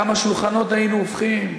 כמה שולחנות היינו הופכים,